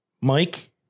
Mike